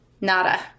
nada